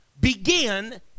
begin